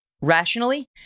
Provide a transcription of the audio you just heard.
rationally